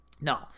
No